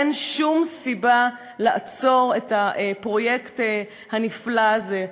אין שום סיבה לעצור את הפרויקט הנפלא הזה.